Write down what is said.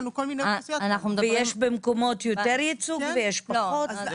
ויש במקומות יותר ייצוג ויש פחות.